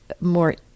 more